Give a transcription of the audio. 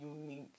unique